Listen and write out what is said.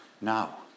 Now